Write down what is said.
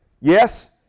Yes